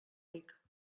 ric